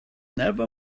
never